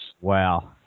Wow